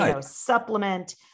supplement